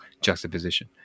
juxtaposition